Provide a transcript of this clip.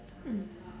mm